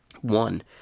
One